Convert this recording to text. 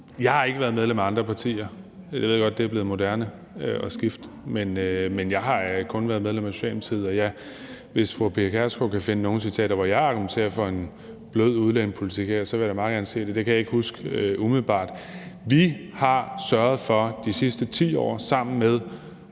Jeg har ikke været medlem af andre partier. Jeg ved godt, det er blevet moderne at skifte, men jeg har kun været medlem af Socialdemokratiet, og hvis fru Pia Kjærsgaard kan finde nogen citater, hvor jeg argumenterer for en blød udlændingepolitik, vil jeg da meget gerne se det. Det kan jeg ikke umiddelbart huske. Vi har sørget for de sidste 10 år, sammen med